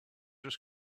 just